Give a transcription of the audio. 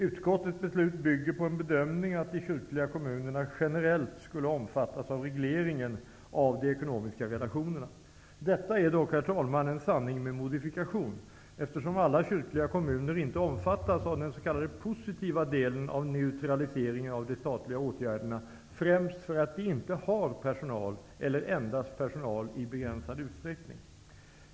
Utskottets förslag bygger på en bedömning att de kyrkliga kommunerna generellt skulle omfattas av regleringen av de ekonomiska relationerna. Detta är dock, herr talman, en sanning med modifikation, eftersom inte alla kyrkliga kommuner omfattas av den s.k. positiva delen av neutraliseringen av de statliga åtgärderna, främst därför att de inte har personal eller endast personal i begränsad utsträckning.